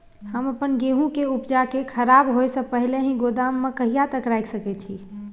हम अपन गेहूं के उपजा के खराब होय से पहिले ही गोदाम में कहिया तक रख सके छी?